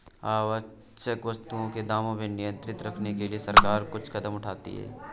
आवश्यक वस्तुओं के दामों को नियंत्रित रखने के लिए सरकार कुछ कदम उठाती है